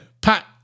Pat